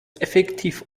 effektiv